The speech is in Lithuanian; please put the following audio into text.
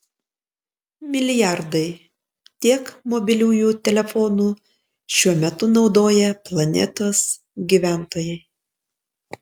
milijardai tiek mobiliųjų telefonų šiuo metu naudoja planetos gyventojai